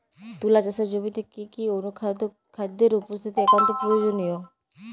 তুলা চাষের জমিতে কি কি অনুখাদ্যের উপস্থিতি একান্ত প্রয়োজনীয়?